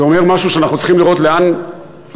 זה אומר שאנחנו צריכים לראות לאן זורמת,